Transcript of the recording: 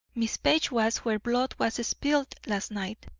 miss page was where blood was spilled last night.